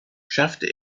schaffte